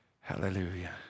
Hallelujah